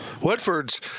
Woodford's